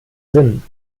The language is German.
sinn